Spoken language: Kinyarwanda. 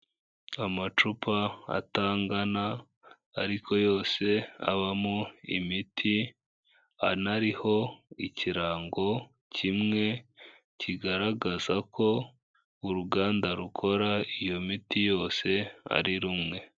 Amacupa atangana ariko yose abamo imiti, anariho ikirango kimwe kigaragaza ko uruganda rukora iyo miti yose ari rumwe.